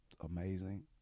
amazing